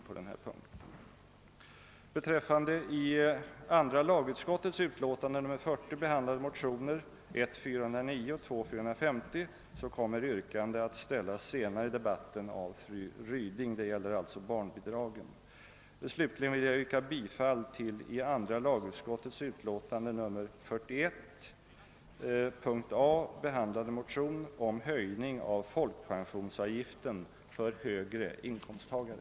Beträffande de i andra lagutskottets utlåtande nr 40 behandlade motionerna nr 1:409 och II:450 angående barnbidragen kommer yrkande att ställas senare i debatten av fru Ryding. Slutligen vill jag yrka bifall till den i andra lagutskottets utlåtande nr 41 p. A behandlade motionen om höjning av folkpensionsavgiften för högre inkomsttagare.